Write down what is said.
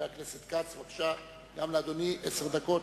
חבר הכנסת כץ, בבקשה, גם לאדוני עשר דקות.